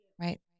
Right